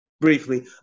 briefly